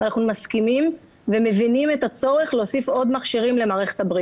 ועוד ארבעה לצרכי מחקר.